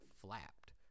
flapped